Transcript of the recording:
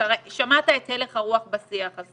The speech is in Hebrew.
שמעת את הלך הרוח בשיח הזה,